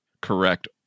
correct